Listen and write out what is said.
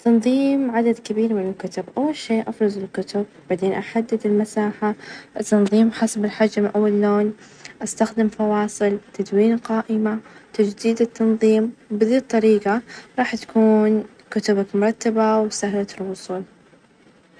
تنظيف الفرم ،وتجهيز الأدوات ،إزالة الأرفف ،تحظير المعجون ، تسبيق المعجون ،من ثم فرك السطح شطف الفرن ،تنظيف الأرفف وبس يطلع الفرم نظيف مثل الجديد.